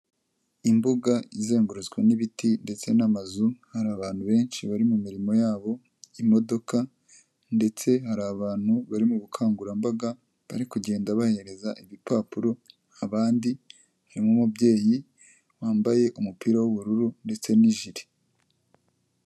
Imbuga izengurutswe n'ibiti ndetse n'amazu, hari abantu benshi bari mu mirimo yabo, imodoka ndetse hari abantu bari mu bukangurambaga, bari kugenda bahereza ibipapuro abandi, harimo umubyeyi wambaye umupira w'ubururu ndetse n'ijire.